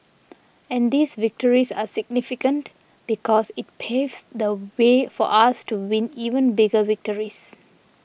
and these victories are significant because it paves the way for us to win even bigger victories